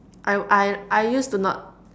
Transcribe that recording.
I I I used to not